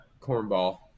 cornball